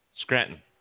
Scranton